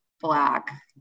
black